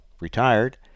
retired